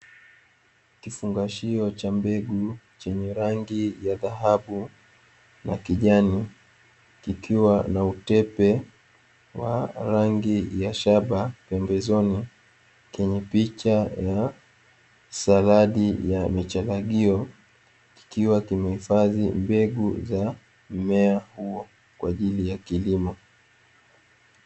Kifungashio cha mbegu chenye rangi ya dhahabu, na kijani kikiwa na utepe wa rangi ya shaba pembezoni, chenye picha ya saladi ya micharagio kikiwa kimehifadhi mbegu za mmea huo kwa ajili ya kilimo.